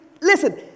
listen